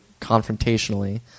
confrontationally